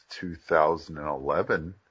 2011